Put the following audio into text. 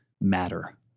matter